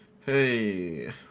hey